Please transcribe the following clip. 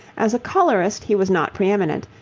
as a colourist he was not pre-eminent,